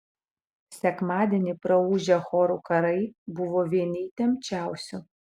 sekmadienį praūžę chorų karai buvo vieni įtempčiausių